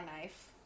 knife